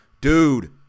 Dude